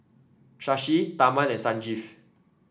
Shashi Tharman and Sanjeev